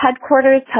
headquarters